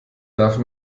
darf